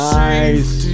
nice